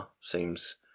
seems